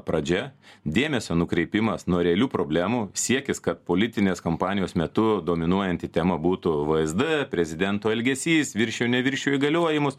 pradžia dėmesio nukreipimas nuo realių problemų siekis kad politinės kompanijos metu dominuojanti tema būtų vsd prezidento elgesys viršijo neviršijo įgaliojimus